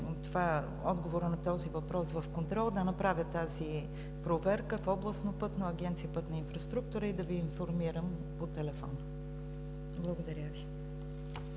отговора на този въпрос в контрола, да направя тази проверка в Областно пътно, в Агенция „Пътна инфраструктура“ и да Ви информирам по телефона. Благодаря ви.